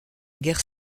guerre